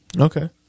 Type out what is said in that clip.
Okay